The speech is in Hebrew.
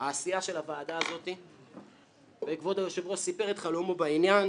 העשייה של הוועדה הזו וכבוד היושב-ראש סיפר את חלומו בעניין